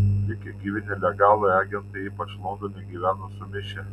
likę gyvi nelegalai agentai ypač londone gyveno sumišę